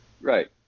Right